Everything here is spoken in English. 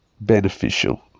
beneficial